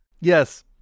Yes